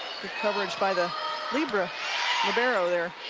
coverage by the libero libero there.